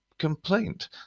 complaint